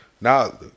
Now